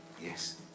Yes